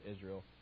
Israel